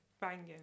banging